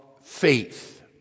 faith